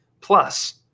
Plus